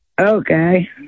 Okay